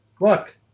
Look